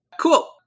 Cool